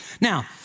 Now